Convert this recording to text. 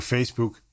Facebook